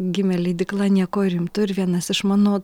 gimė leidykla nieko rimto ir vienas iš mano